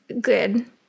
good